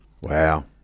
Wow